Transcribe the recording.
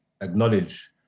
acknowledge